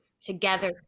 together